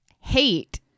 hate